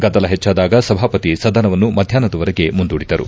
ಗದ್ದಲ ಹೆಚ್ಚಾದಾಗ ಸಭಾಪತಿ ಸದನವನ್ನು ಮಧ್ಯಾಹ್ನದವರೆಗೆ ಮುಂದೂಡಿದರು